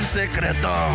secreto